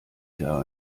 jahr